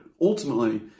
ultimately